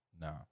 no